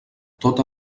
tot